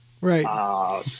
Right